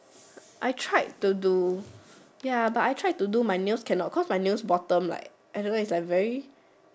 I tried to do ya but I tried to do my nails can not cause my nails bottom I don't know is like very